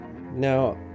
Now